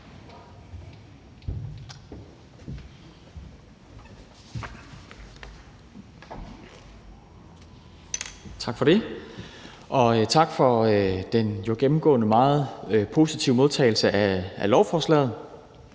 Tak for det, og tak for den gennemgående meget positive modtagelse af lovforslaget.